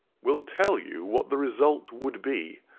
will tell you what the result would be.